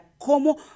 cómo